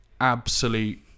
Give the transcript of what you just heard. absolute